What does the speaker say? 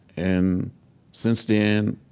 and since then,